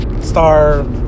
Star